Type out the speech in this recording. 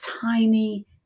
tiny